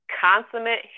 consummate